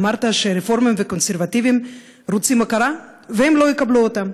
אמרת שהרפורמים והקונסרבטיבים רוצים הכרה והם לא יקבלו אותה.